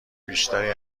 بیشتری